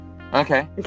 okay